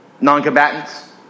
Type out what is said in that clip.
non-combatants